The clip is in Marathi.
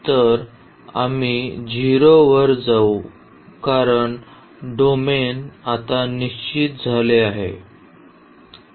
तर आम्ही 0 वर जाऊ कारण डोमेन आता निश्चित झाले आहे